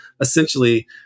essentially